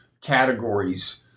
categories